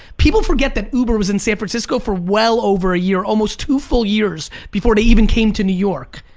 people forget that uber was in san francisco for well over a year, almost two full years before they even came to new york,